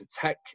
tech